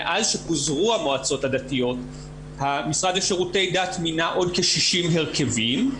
מאז שפוזרו המועצות הדתיות המשרד לשירותי דת מינה עוד כ-60 הרכבים,